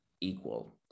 equal